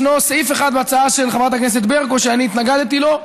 ישנו סעיף אחד בהצעה של חברת הכנסת ברקו שאני התנגדתי לו,